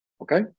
Okay